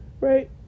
Right